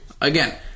Again